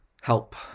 Help